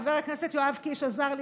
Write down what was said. חבר הכנסת יואב קיש עזר לי,